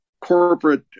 corporate